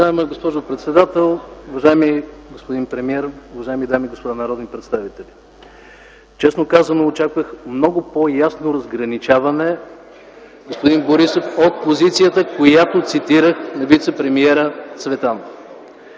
Уважаема госпожо председател, уважаеми господин премиер, уважаеми дами и господа народни представители! Честно казано, очаквах много по-ясно разграничаване, господин Борисов, от позицията, която цитира вицепремиерът Цветанов.